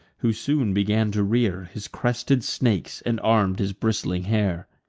who soon began to rear his crested snakes, and arm'd his bristling hair.